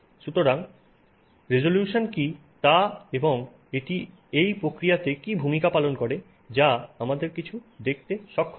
সুতরাং রেজোলিউশন কী তা এবং এটি এই প্রক্রিয়াতে কি ভূমিকা পালন করে যা আমাদের কিছু দেখতে সক্ষম করে